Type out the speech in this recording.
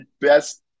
best